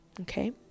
Okay